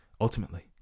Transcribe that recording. ultimately